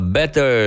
better